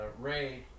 Ray